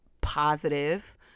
positive